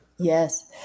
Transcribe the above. Yes